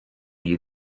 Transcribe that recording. you